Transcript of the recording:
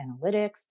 analytics